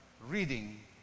reading